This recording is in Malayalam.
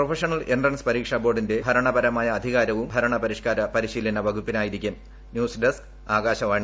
പ്രൊഫഷണൽ എൻട്രൻസ് പരീക്ഷാബോർഡിന്റെ ഭരണപരമായ അധികാരവും ഭരണ പരിഷ്ക്കാര പരിശീലന വകുപ്പിനായിരിക്കുറ് ന്യൂസ് ഡസ്ക് ആകാശവാണി